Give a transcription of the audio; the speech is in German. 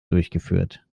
durchgeführt